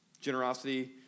Generosity